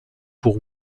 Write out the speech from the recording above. pour